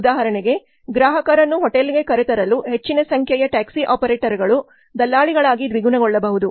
ಉದಾಹರಣೆಗೆ ಗ್ರಾಹಕರನ್ನು ಹೋಟೆಲ್ಗೆ ಕರೆತರಲು ಹೆಚ್ಚಿನ ಸಂಖ್ಯೆಯ ಟ್ಯಾಕ್ಸಿ ಆಪರೇಟರ್ಗಳು ದಲ್ಲಾಳಿಗಳಾಗಿ ದ್ವಿಗುಣಗೊಳ್ಳಬಹುದು